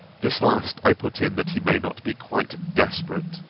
this last i put in that he may not be quite desperate.